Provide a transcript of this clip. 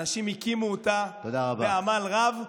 אנשים הקימו אותה בעמל רב,